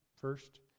first